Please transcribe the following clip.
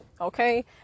okay